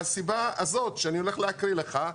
מהסיבה הזאת שאני הולך לקרוא לך.